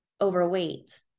overweight